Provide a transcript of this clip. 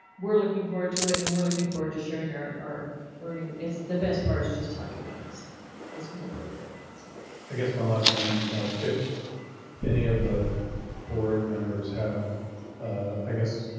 we're looking forward to it and we're looking forward to sharing. our our learning is the best part is just talking to kids it's going to feel good so i guess one last thing, ms reynolds, if any of the board members have i guess.